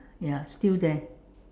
ya still there